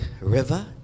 river